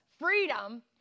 freedom